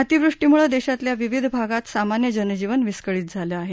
अतिवृष्टीमुळे देशातल्या विविध भागांत सामान्य जनजीवन विस्कळीत झालं आहे